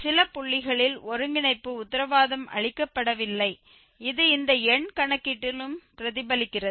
சில புள்ளிகளில் ஒருங்கிணைப்பு உத்தரவாதம் அளிக்கப்படவில்லை இது இந்த எண் கணக்கீட்டிலும் பிரதிபலிக்கிறது